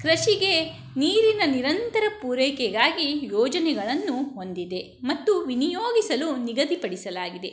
ಕೃಷಿಗೆ ನೀರಿನ ನಿರಂತರ ಪೂರೈಕೆಗಾಗಿ ಯೋಜನೆಗಳನ್ನು ಹೊಂದಿದೆ ಮತ್ತು ವಿನಿಯೋಗಿಸಲು ನಿಗದಿಪಡಿಸಲಾಗಿದೆ